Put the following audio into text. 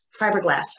Fiberglass